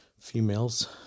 females